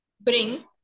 bring